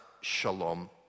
shalom